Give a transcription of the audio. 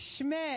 Schmidt